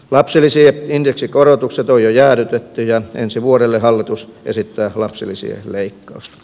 lapsilisien indeksikorotukset on jo jäädytetty ja ensi vuodelle hallitus esittää lapsilisien leikkausta